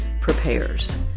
prepares